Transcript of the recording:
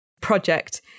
project